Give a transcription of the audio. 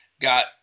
got